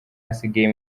asigaye